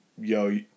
Yo